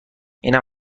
اینم